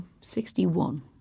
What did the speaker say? sixty-one